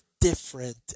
different